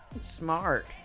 Smart